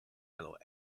yellow